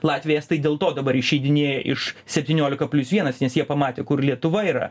latviai estai dėl to dabar išeidinėja iš septyniolika plius vienas nes jie pamatė kur lietuva yra